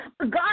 God